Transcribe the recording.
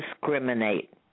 discriminate